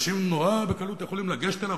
שאנשים נורא בקלות יכולים לגשת אליו,